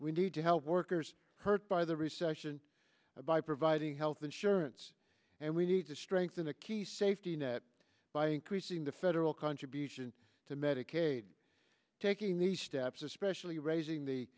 we need to help workers hurt by the recession by providing health insurance and we need to strengthen the key safety net by increasing the federal contribution to medicaid taking these steps especially raising the